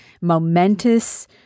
momentous